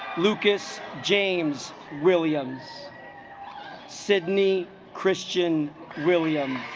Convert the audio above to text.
lucas james williams sydney christian william